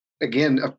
again